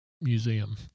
museum